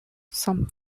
some